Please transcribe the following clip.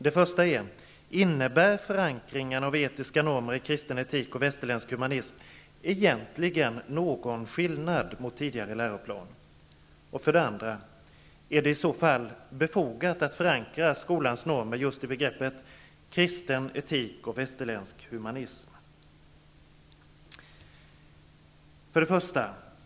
Den första är: Innebär förankringen av etiska normer i kristen etik och västerländsk humanism egentligen någon skillnad mot tidigare läroplan? Den andra frågan är: Är det i så fall befogat att förankra skolans normer just i begreppet kristen etik och västerländsk humanism?